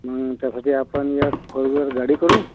त्यासाठी आपन यक फोर व्हीलर गाडी करू